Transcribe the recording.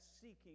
seeking